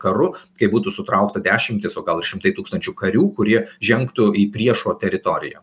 karu kai būtų sutraukta dešimtys o gal ir šimtai tūkstančių karių kurie žengtų į priešo teritoriją